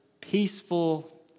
peaceful